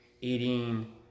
Eating